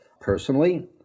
Personally